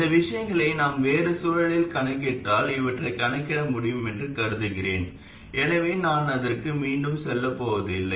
இந்த விஷயங்களை நாம் வேறு சூழலில் கணக்கிட்டால் இவற்றைக் கணக்கிட முடியும் என்று கருதுகிறேன் எனவே நான் அதற்கு மீண்டும் செல்லப் போவதில்லை